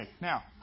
Now